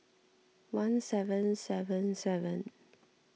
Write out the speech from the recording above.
one seven seven seven